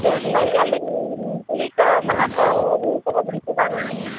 ᱪᱮᱫ ᱞᱟᱹᱭᱮᱫᱼᱟᱞᱤᱧ ᱪᱩᱲᱤᱠᱚ ᱢᱟᱞᱟᱠᱚ ᱟᱹᱜᱩ ᱟᱠᱟᱫᱟᱵᱤᱱ ᱥᱮ ᱵᱟᱝᱟ